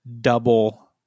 double